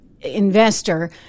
investor